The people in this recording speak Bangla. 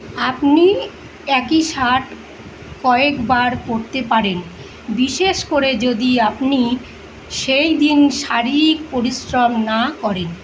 আপনি একই শার্ট কয়েকবার পরতে পারেন বিশেষ করে যদি আপনি সেই দিন শারীরিক পরিশ্রম না করেন